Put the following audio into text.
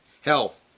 health